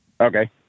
Okay